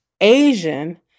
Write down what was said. Asian